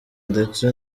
ndetse